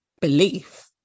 belief